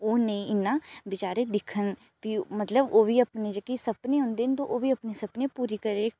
ओह् नेईं इ'न्ना बेचारे दिक्खन भी मतलब ओह् बी अपनी जेह्की सपने होंदे न ते ओह् बी अपनी सपने पूरी करे